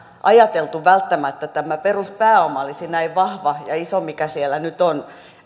ajateltu että tämä peruspääoma olisi näin vahva ja iso mikä siellä nyt on